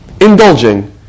indulging